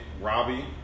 Robbie